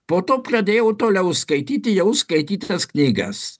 po to pradėjau toliau skaityti jau skaitytas knygas